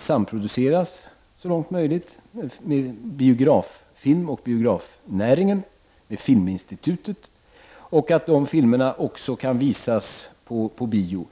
samproduceras, så långt möjligt med filmoch biografnäringen samt filminstitutet och att de filmerna också kan visas på bio.